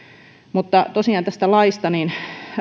mutta tosiaan tästä laista